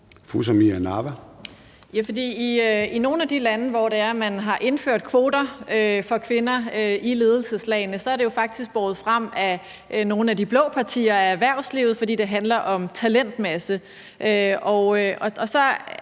Ja, for i nogle af de lande, hvor det er, man har indført kvoter for kvinder i ledelseslagene, så er det jo faktisk båret frem af nogle af de blå partier, af erhvervslivet, fordi det handler om talentmasse.